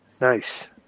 Nice